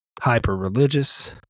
hyper-religious